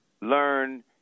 learn